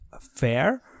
Fair